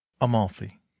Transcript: Amalfi